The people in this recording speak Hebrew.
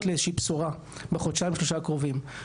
לאיזושהי בשורה בחודשיים-שלושה הקרובים.